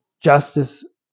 justice